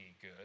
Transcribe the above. good